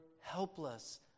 helpless